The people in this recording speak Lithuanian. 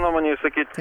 nuomonę išsakyt